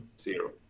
zero